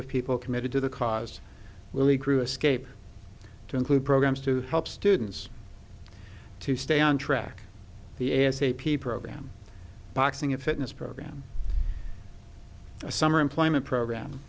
of people committed to the cause really crew escape to include programs to help students to stay on track the a s a p program boxing a fitness program a summer employment program